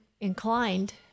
inclined